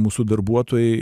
mūsų darbuotojai